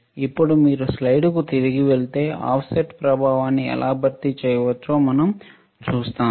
ఇప్పుడు మీరు స్లైడ్కు తిరిగి వెళితే ఆఫ్సెట్ ప్రభావాన్ని ఎలా భర్తీ చేయవచ్చో మనం చూస్తాము